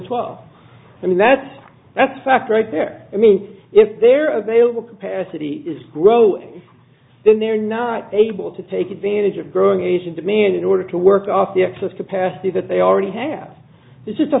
twelve i mean that's that's fact right there i mean if they're available capacity is growing then they're not able to take advantage of growing asian demand in order to work off the excess capacity that they already have